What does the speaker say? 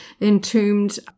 entombed